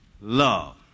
love